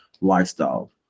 lifestyle